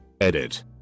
Edit